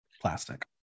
plastic